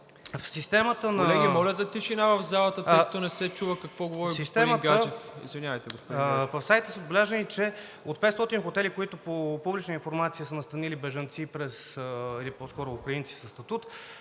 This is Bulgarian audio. в сайта е отбелязано, че от 500 хотела, които по публична информация са настанили бежанци или по-скоро украинци със статут